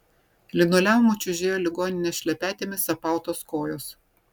linoleumu čiužėjo ligoninės šlepetėmis apautos kojos